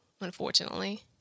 unfortunately